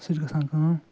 سُہ چھُ گَژھان کٲم